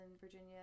Virginia